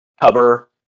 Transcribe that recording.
cover